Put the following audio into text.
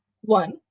One